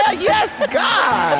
ah yes, god